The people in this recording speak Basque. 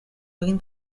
egin